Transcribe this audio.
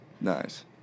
Nice